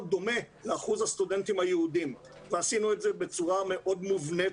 דומה לאחוז הסטודנטים היהודים ועשינו את זה בצורה מאוד מובנית,